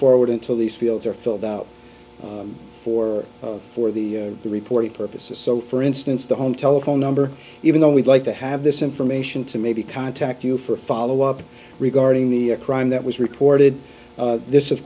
forward until these fields are filled out for for the reporting purposes so for instance the home telephone number even though we'd like to have this information to maybe contact you for follow up regarding the crime that was reported this of